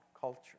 culture